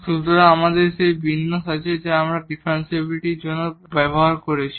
সুতরাং আমাদের সেই বিন্যাস আছে যা আমরা ডিফারেনশিবিলিটির জন্য ব্যবহার করেছি